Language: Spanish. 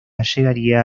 llegaría